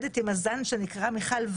לאבד אותו.